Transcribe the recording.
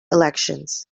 elections